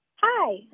Hi